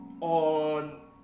on